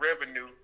revenue